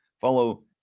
Follow